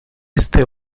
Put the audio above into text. este